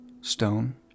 stone